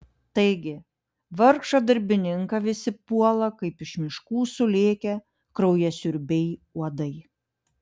taigi vargšą darbininką visi puola kaip iš miškų sulėkę kraujasiurbiai uodai